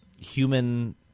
human